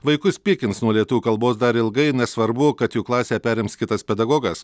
vaikus pykins nuo lietuvių kalbos dar ilgai nesvarbu kad jų klasę perims kitas pedagogas